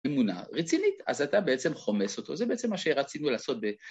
ממונה רצינית, אז אתה בעצם חומס אותו, זה בעצם מה שרצינו לעשות ב...